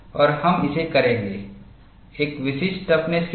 और हम इसे करेंगे एक विशिष्ट टफनेस के लिए